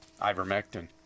ivermectin